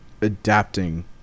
adapting